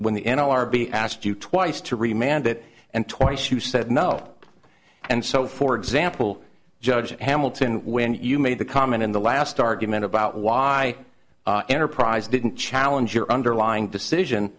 when the n l r b asked you twice to re man that and twice you said no and so for example judge hamilton when you made the comment in the last argument about why the enterprise didn't challenge your underlying decision